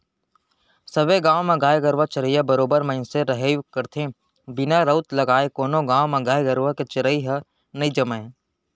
सबे गाँव म गाय गरुवा चरइया बरोबर मनसे रहिबे करथे बिना राउत लगाय कोनो गाँव म गाय गरुवा के चरई ह नई जमय